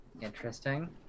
Interesting